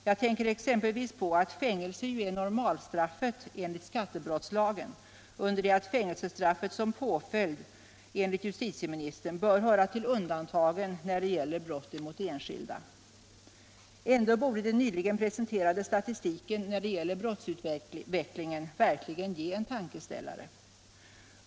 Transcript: Jag tänker exempelvis på att fängelse ju är normalstraffet enligt skattebrottslagen, under det att fängelsestraffet som påföljd enligt justitieministern bör höra till undantagen när det gäller brott mot enskilda. Ändå borde den nyligen presenterade statistiken när det gäller brottsutvecklingen verkligen ge en tankeställare.